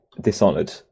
Dishonored